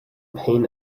pain